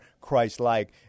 Christ-like